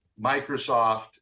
Microsoft